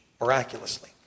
miraculously